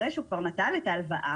אחרי שהוא כבר נטל את ההלוואה,